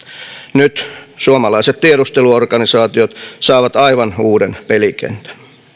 nyt suomalaiset tiedusteluorganisaatiot saavat aivan uuden pelikentän